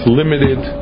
limited